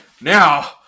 Now